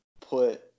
put